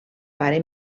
pare